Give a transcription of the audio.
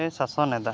ᱮ ᱥᱟᱥᱚᱱᱮᱫᱟ